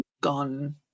gone